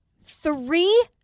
Three